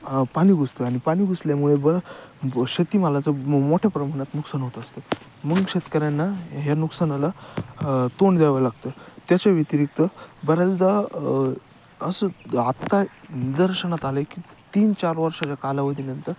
पाणी घुसतं आ आणि पाणी घुसल्यामुळे बरं शेतीमालाचं मोठ्या प्रमाणात नुकसान होत असतं मग शेतकऱ्यांना ह्या नुकसानाला तोंड द्यावं लागतं त्याच्या व्यतिरिक्त बऱ्याचदा असं आत्ता निदर्शनात आलं आहे की तीन चार वर्षाच्या कालावधीनंतर